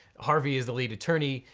harvey is the lead attorney,